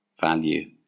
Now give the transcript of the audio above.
value